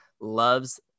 loves